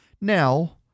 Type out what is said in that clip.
Now